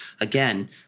again